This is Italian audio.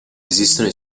esistono